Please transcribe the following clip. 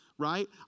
Right